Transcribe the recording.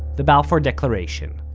the balfour declaration.